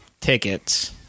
tickets